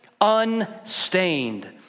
unstained